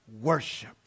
worship